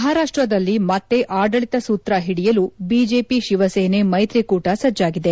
ಮಹಾರಾಷ್ಟ್ದಲ್ಲಿ ಮತ್ತೆ ಆಡಳಿತ ಸೂತ್ರ ಹಿಡಿಯಲು ಬಿಜೆಪಿ ಶಿವಸೇನೆ ಮೈತ್ರಿ ಕೂಟ ಸಜ್ಣಾಗಿದೆ